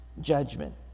judgment